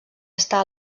està